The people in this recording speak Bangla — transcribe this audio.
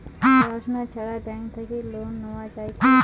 পড়াশুনা ছাড়া ব্যাংক থাকি লোন নেওয়া যায় কি?